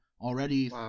already